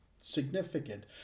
significant